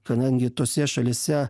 kadangi tose šalyse